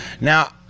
now